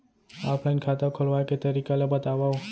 Offline खाता खोलवाय के तरीका ल बतावव?